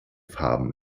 farben